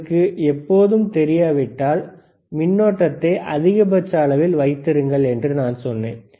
உங்களுக்கு எப்போதும் தெரியாவிட்டால் மின்னோட்டத்தை அதிகபட்ச அளவில் வைத்திருங்கள் என்று நான் சொன்னேன்